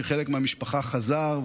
שחלק מהמשפחה חזר,